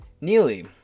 Neely